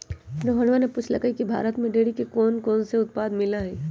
रोहणवा ने पूछल कई की भारत में डेयरी के कौनकौन से उत्पाद मिला हई?